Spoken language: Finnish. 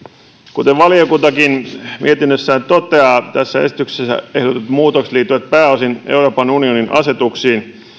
kuten valiokuntakin mietinnössään toteaa tässä esityksessä ehdotetut muutokset liittyvät pääosin euroopan unionin asetuksiin